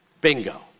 bingo